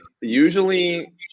usually